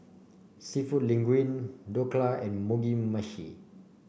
seafood Linguine Dhokla and Mugi Meshi